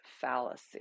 fallacy